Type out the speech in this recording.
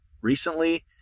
recently